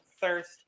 thirst